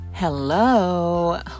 hello